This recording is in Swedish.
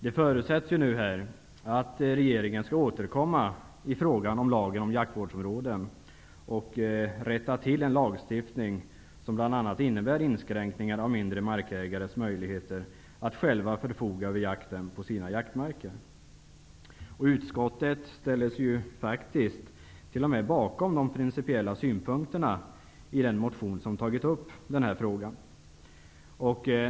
Det förutsätts att regeringen skall återkomma i frågan om lagen om jaktvårdsområden och rätta till en lagstiftning som bl.a. innebär inskränkningar av mindre markägares möjligheter att själva förfoga över jakten på sina marker. Utskottet ställer sig t.o.m. bakom de principiella synpunkterna i motionen där denna fråga tagits upp.